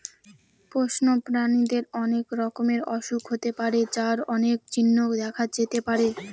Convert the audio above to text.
পশু প্রাণীদের অনেক রকমের অসুখ হতে পারে যার অনেক চিহ্ন দেখা যেতে পারে